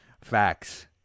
Facts